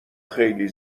خیلی